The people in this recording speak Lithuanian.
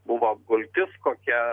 buvo apgultis kokia